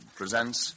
presents